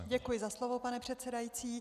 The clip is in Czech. Děkuji za slovo, pane předsedající.